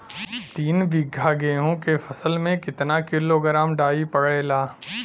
तीन बिघा गेहूँ के फसल मे कितना किलोग्राम डाई पड़ेला?